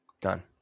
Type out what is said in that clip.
Done